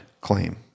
claim